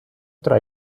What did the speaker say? tra